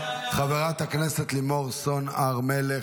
חברת הכנסת לימור סון הר מלך,